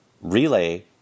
relay